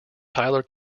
tyler